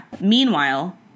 Meanwhile